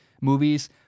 movies